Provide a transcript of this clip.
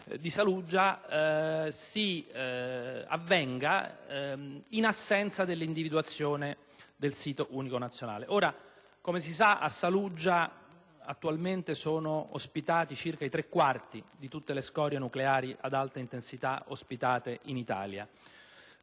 di Saluggia avvenga in assenza dell'individuazione del sito unico nazionale. Come si sa, a Saluggia attualmente sono ospitati circa i tre quarti di tutte le scorie nucleari ad alta intensità presenti in Italia.